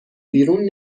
بیرون